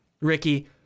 Ricky